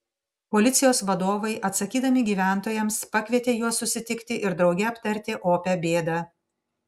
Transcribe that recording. policijos vadovai atsakydami gyventojams pakvietė juos susitikti ir drauge aptarti opią bėdą